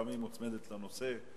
גם היא מוצמדת לנושא,